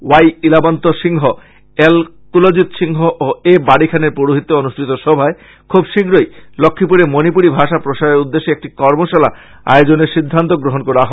Y Ilabanta Singh N Kuljit Singh ও A Bari খানের পৌরহিত্যে অনুষ্ঠিত সভায় খুব শীঘ্রই লক্ষীপুরে মনিপুরী ভাষা প্রসারের উদ্দেশ্যে একটি কর্মশালা আয়োজনের সিদ্ধান্ত গ্রহন করা হয়